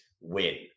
win